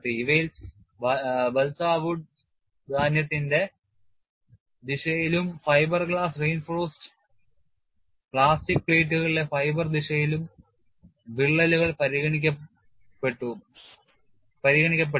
ഇവയിൽ balsa wood ധാന്യത്തിന്റെ ദിശയിലും ഫൈബർ ഗ്ലാസ് reinforced പ്ലാസ്റ്റിക് പ്ലേറ്റുകളിലെ ഫൈബർ ദിശയിലും വിള്ളലുകൾ പരിഗണിക്കപ്പെട്ടു